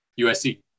USC